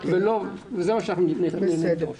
בסדר.